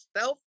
self